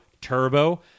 Turbo